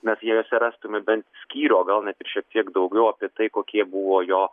mes juose rastume bent skyrių gal net šiek tiek daugiau apie tai kokie buvo jo